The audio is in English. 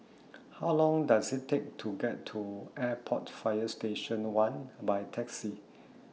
How Long Does IT Take to get to Airport Fire Station one By Taxi